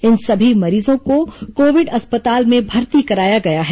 इन सभी मरीजों को कोविड अस्पताल में भर्ती कराया गया है